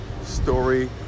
story